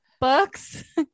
books